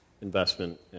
investment